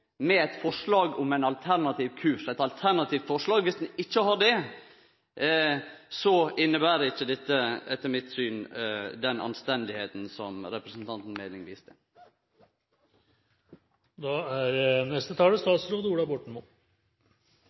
med eit forslag om ein alternativ kurs, eit alternativt forslag. Viss ein ikkje har det, inneber det ikkje etter mitt syn den anstendigheita som representanten Meling viser til. Først er